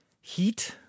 Heat